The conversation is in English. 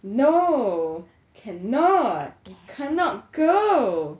no cannot cannot you cannot go